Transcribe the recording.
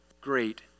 great